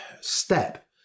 step